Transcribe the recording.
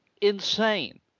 Insane